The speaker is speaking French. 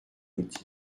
outil